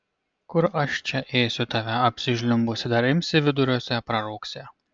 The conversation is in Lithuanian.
kur aš čia ėsiu tave apsižliumbusį dar imsi viduriuose prarūgsi